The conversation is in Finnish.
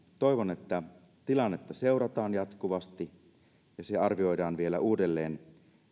toivon että tilannetta seurataan jatkuvasti ja se arvioidaan vielä uudelleen